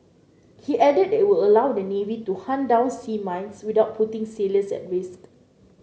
he added that it will allow the navy to hunt down sea mines without putting sailors at risk